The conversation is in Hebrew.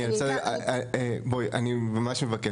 אני ממש מבקש,